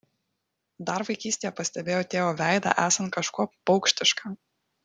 dar vaikystėje pastebėjau tėvo veidą esant kažkuo paukštišką